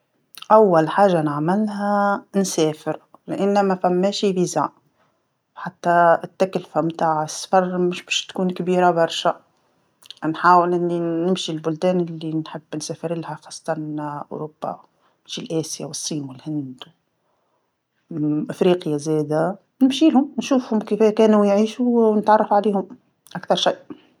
أول حاجة نعملها نسافر، لأن ما ثماشي تأشيرة، حتى التكلفة متاع السفر مش باش تكون كبيرة برشا، نحاول أني ن- نمشي البلدان اللي نحب نسافر لها خاصة أوروبا، تجي لآسيا والصين والهند، إفريقيا زاده، نمشيلهم نشوفهم كيفاه كانوا يعيشوا ونتعرف عليهم، أكثر شي.